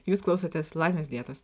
jūs klausotės laimės dietos